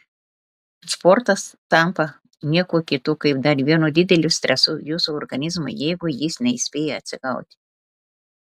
sportas tampa niekuo kitu kaip dar vienu dideliu stresu jūsų organizmui jeigu jis nespėja atsigauti